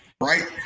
right